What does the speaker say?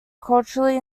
culturally